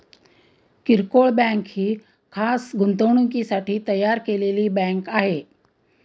किरकोळ बँक ही खास गुंतवणुकीसाठी तयार केलेली बँक आहे